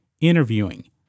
interviewing